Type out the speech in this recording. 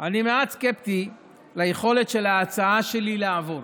אני מעט סקפטי ביכולת של ההצעה שלי לעבור.